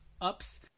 ups